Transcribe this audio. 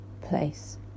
place